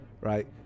right